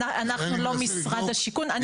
אנחנו לא משרד השיכון.